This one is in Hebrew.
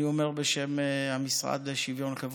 שאני אומר בשם המשרד לשוויון חברתי.